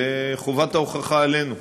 וחובת ההוכחה עלינו.